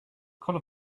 call